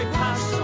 pass